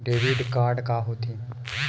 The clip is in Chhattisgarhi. डेबिट का होथे?